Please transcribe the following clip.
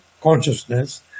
consciousness